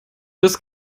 das